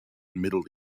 middle